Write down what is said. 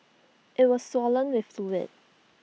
IT was swollen with fluid